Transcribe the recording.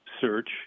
search